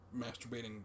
masturbating